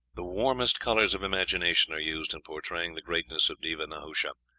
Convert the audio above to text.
the warmest colors of imagination are used in portraying the greatness of deva-nahusha.